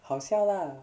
好笑 lah